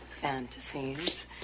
fantasies